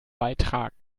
beitragen